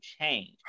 change